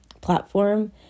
platform